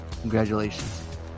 congratulations